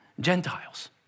Gentiles